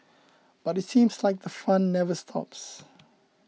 but it seems like the fun never stops